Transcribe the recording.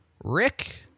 Rick